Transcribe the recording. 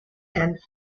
and